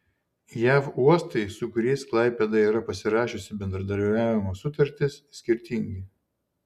jav uostai su kuriais klaipėda yra pasirašiusi bendradarbiavimo sutartis skirtingi